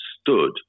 stood